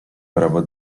prawo